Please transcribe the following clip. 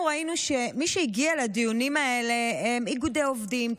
ראינו שמי שהגיע לדיונים האלה הם איגודי עובדים,